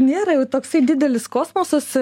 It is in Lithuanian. nėra jau toksai didelis kosmosas